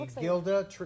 Gilda